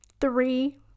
three